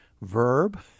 verb